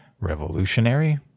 Revolutionary